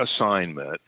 assignment